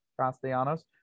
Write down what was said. Castellanos